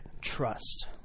trust